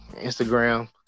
instagram